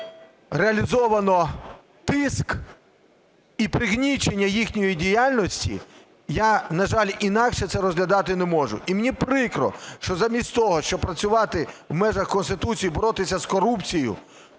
реалізовано тиск і пригнічення їхньої діяльності, я, на жаль, інакше це розглядати не можу. І мені прикро, що замість того, щоб працювати в межах Конституції, боротися з корупцією,